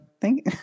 thank